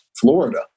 Florida